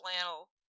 flannel